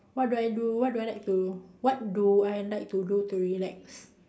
what do I do what do I like to what do I like to do to relax